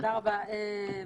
תודה רבה לך,